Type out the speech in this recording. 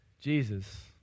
Jesus